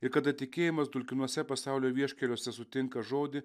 ir kada tikėjimas dulkinuose pasaulio vieškeliuose sutinka žodį